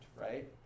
right